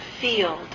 field